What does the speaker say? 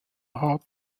hard